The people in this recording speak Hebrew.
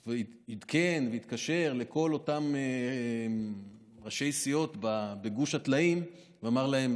הוא עדכן והתקשר לכל אותם ראשי סיעות בגוש הטלאים ואמר להם